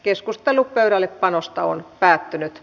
keskustelu pöydällepanosta päättyi